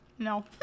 No